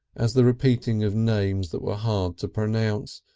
as the repeating of names that were hard to pronounce,